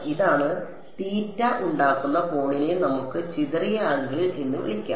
ഇതാണ് തീറ്റ ഉണ്ടാക്കുന്ന കോണിനെ നമുക്ക് ചിതറിയ ആംഗിൾ എന്ന് വിളിക്കാം